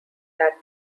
that